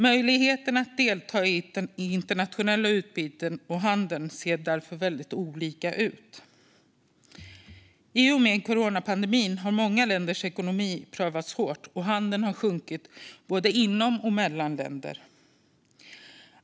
Möjligheterna att delta i det internationella utbytet och i handeln ser därför olika ut. I och med coronapandemin har många länders ekonomi prövats hårt, och handeln har sjunkit både inom och mellan länder.